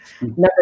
number